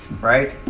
right